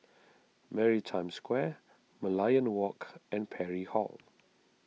Maritime Square Merlion Walk and Parry Hall